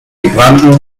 gebrannten